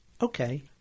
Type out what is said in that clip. Okay